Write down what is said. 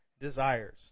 desires